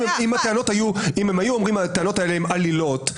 אם היו אומרים שהטענות האלה הן עלילות,